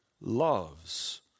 loves